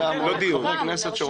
--- שנייה, חברים.